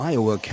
Iowa